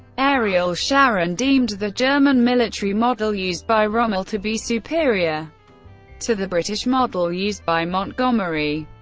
ariel sharon deemed the german military model used by rommel to be superior to the british model used by montgomery.